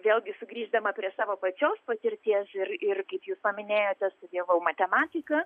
vėlgi sugrįždama prie savo pačios patirties ir ir kaip jūs paminėjote studijavau matematiką